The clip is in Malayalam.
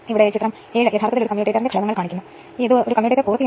ഓട്ടോ ട്രാൻസ്ഫോർമറിന്റെ KVA മൂല്യം V1 I1 ആയി നൽകിയിരിക്കുന്നു